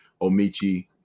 Omichi